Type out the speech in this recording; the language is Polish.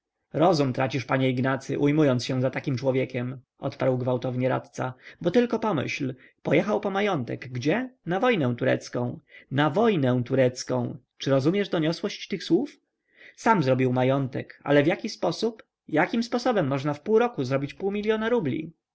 rozum tracisz panie ignacy ujmując się za takim człowiekiem odparł gwałtownie radca bo tylko pomyśl pojechał po majątek gdzie na wojnę turecką na wojnę turecką czy rozumiesz doniosłość tych słów sam zrobił majątek ale w jaki sposób jakim sposobem można w pół roku zrobić pół miliona rubli